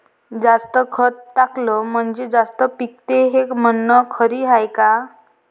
जास्त खत टाकलं म्हनजे जास्त पिकते हे म्हन खरी हाये का?